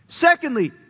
Secondly